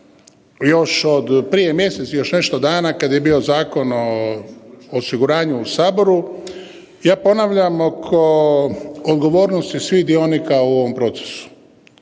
još od prije mjesec i još nešto dana kad je bio Zakon o osiguranju u saboru ja ponavljam oko odgovornosti svih dionika u ovom procesu.